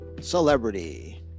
celebrity